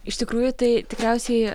iš tikrųjų tai tikriausiai